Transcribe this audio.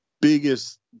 biggest